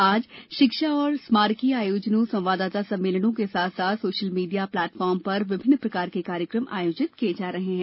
आज शिक्षा और स्मारकीय आयोजनों संवाददाता सम्मेलनों के साथ साथ सोशल मीडिया प्लेटफार्म पर विभिन्न प्रकार के कार्यक्रम आयोजित किये जा रहे हैं